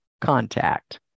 contact